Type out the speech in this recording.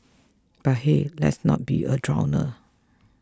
but hey let's not be a downer